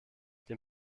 den